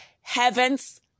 heaven's